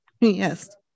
Yes